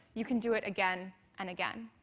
you can do it again and again.